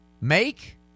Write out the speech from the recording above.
make